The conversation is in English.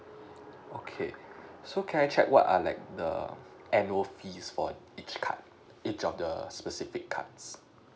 okay so can I check what are like the annual fees for each card each of the specific cards